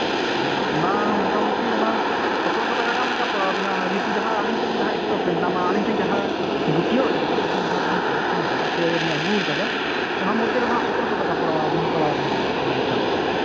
ᱦᱮᱸ ᱦᱮᱸ ᱚᱱᱟ ᱢᱚᱴᱟᱢᱩᱴᱤ ᱚᱱᱟ ᱥᱚᱛᱨᱚ ᱥᱚ ᱴᱟᱠᱟ ᱞᱮᱠᱟ ᱯᱟᱲᱟᱣᱟᱵᱮᱱᱟ ᱟᱹᱞᱤᱧ ᱴᱷᱮᱱ ᱡᱟᱦᱟᱸ ᱥᱴᱚᱠ ᱨᱮ ᱢᱮᱱᱟᱜ ᱟᱹᱞᱤᱧ ᱴᱷᱮᱱ ᱡᱟᱦᱟᱸ ᱜᱩᱴᱭᱟᱹᱣ ᱨᱮ ᱢᱮᱱᱟᱜ ᱟᱹᱞᱤᱧ ᱡᱟᱦᱟᱸᱞᱤᱧ ᱠᱟᱞᱮᱠᱥᱮᱱ ᱠᱟᱫᱟ ᱥᱮ ᱟᱹᱜᱩᱣᱟᱠᱟᱫᱟ ᱚᱱᱟ ᱢᱚᱫᱽᱫᱷᱮ ᱨᱮ ᱦᱟᱸᱜ ᱥᱚᱛᱨᱚ ᱥᱚ ᱴᱟᱠᱟ ᱯᱟᱲᱟᱣᱟᱵᱤᱱ ᱯᱟᱲᱟᱣᱟᱵᱤᱱ ᱠᱟᱱᱟ ᱦᱟᱸᱜ ᱚᱱᱟ ᱡᱩᱛᱟᱹ ᱨᱮᱭᱟᱜ